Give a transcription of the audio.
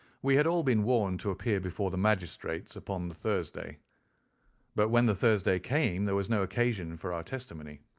we had all been warned to appear before the magistrates upon the thursday but when the thursday came there was no occasion for our testimony.